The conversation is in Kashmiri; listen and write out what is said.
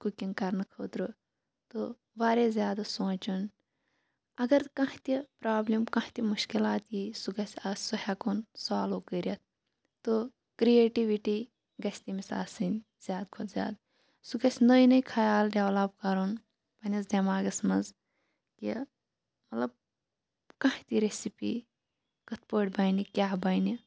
کُکِنٛگ کَرنہٕ خٲطرٕ تہٕ واریاہ زیادٕ سونٛچُن اگر کانٛہہ تہِ پرٛابلِم کانٛہہ تہِ مُشکِلات یی سُہ گَژھِ آ سُہ ہیٚکون سالوٗ کٔرِتھ تہٕ کرٛییٹوِٗٹی گَژھِ تٔمِس آسٕنۍ زیادٕ کھۅتہٕ زیادٕ سُہ گَژھِ نٔے نٔے خَیال ڈیٚولَپ کَرُن پَنٕنِس دیٚماغَس مَنٛز کہِ مَطلَب کانٛہہ تہِ ریٚسِپی کِتھٕ پٲٹھۍ بَنہِ کیٛاہ بَنہِ